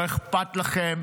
לא אכפת לכם